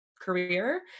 career